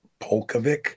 Polkovic